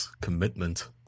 commitment